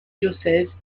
diocèses